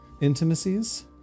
intimacies